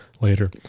later